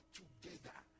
together